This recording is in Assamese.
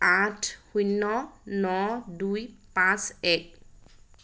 আঠ শূন্য ন দুই পাঁচ এক